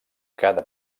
cada